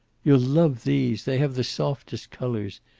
you'll love these. they have the softest colors,